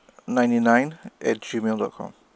ninety nine at gmail dot com